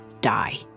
die